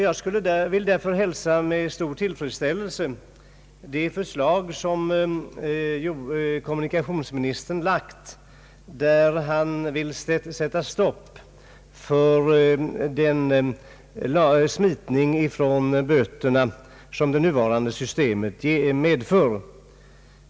Jag vill därför hälsa med stor tillfredsställelse de förslag som kommunikationsministern lagt fram, där han vill sätta stopp för den smitning från böterna som nuvarande system medför.